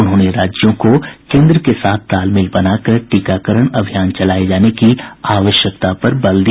उन्होंने राज्यों को केंद्र के साथ तालमेल बनाकर टीकाकरण अभियान चलाये जाने की आवश्यकता पर बल दिया